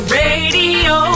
radio